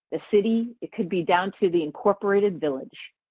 the city. it could be down to the incorporated village.